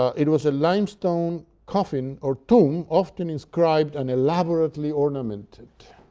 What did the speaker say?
it was a limestone coffin or tomb often inscribed and elaborately ornamented.